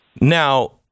Now